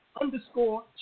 underscore